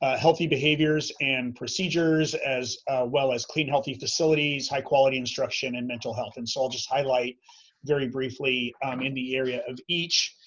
ah healthy behaviors and procedures, as well as clean, healthy facilities, high-quality instruction, and mental health. and so i'll just highlight very briefly um in the area of each,